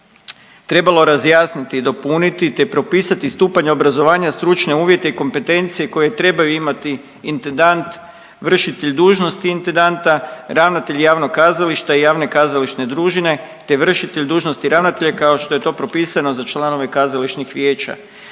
trebalo razjasniti u dopuniti te propisati stupanj obrazovanja, stručne uvjete i kompetencije koje trebaju imati intendant, vršitelj dužnosti intendanta, ravnatelji javnog kazališta i javne kazališne družine te vršitelj dužnosti ravnatelja kao što je to propisano za članove kazališnih vijeća.